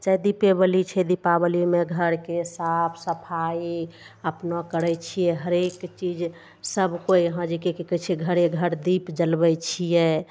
चाहे दीपेवली छै दीपावलीमे घरके साफ सफाइ अपनो करै छियै हरेक चीज सब कोइ यहाँ जेकि कि कहै छै घरे घर दीप जलबै छियै